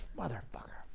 motherfucker,